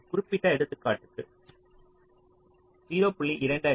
ஒரு குறிப்பிட்ட எடுத்துக்காட்டுக்கு 0